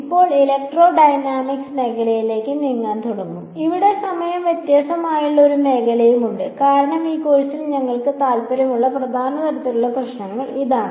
ഇപ്പോൾ ഞങ്ങൾ ഇലക്ട്രോഡൈനാമിക്സ് മേഖലയിലേക്ക് നീങ്ങാൻ തുടങ്ങും അവിടെ സമയം വ്യത്യാസമുള്ള ഒരു മേഖലയും ഉണ്ട് കാരണം ഈ കോഴ്സിൽ ഞങ്ങൾക്ക് താൽപ്പര്യമുള്ള പ്രധാന തരത്തിലുള്ള പ്രശ്നങ്ങൾ ഇതാണ്